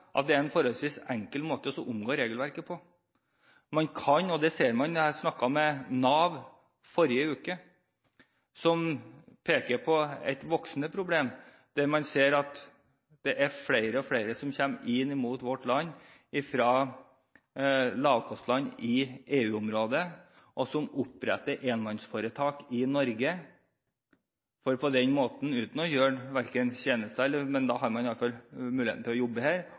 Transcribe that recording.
at det er en forholdsvis enkel måte å unngå regelverket på. Jeg snakket med Nav forrige uke. Der pekte man på et voksende problem, der man ser at flere og flere kommer til vårt land fra lavkostland i EU-området og oppretter enmannsforetak i Norge – uten at man utfører tjenester, men da har man i alle fall mulighet til å jobbe her – for på den måten kort tid etterpå å komme til Nav og be om velferdsutbetalinger, og man har da